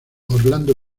orlando